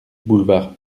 boulevard